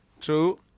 True